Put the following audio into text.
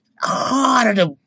harder